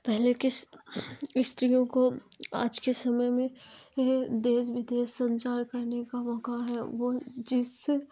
पहले कई स्त्रियों को आज के समय में देश विदेश संचार करने का मौका है वो जिससे